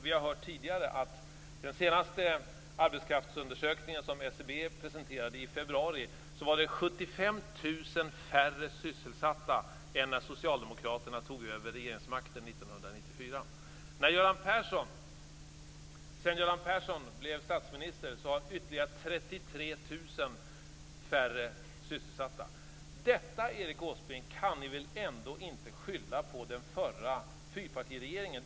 Vi har hört tidigare att den senaste arbetskraftsundersökningen, som SCB presenterade i februari, visade att det var 75 000 färre sysselsatta än när Socialdemokraterna tog över regeringsmakten 1994. Sedan Göran Persson blev statsminister har det blivit ytterligare 33 000 färre sysselsatta. Detta, Erik Åsbrink, kan ni väl inte skylla på den förra fyrpartiregeringen!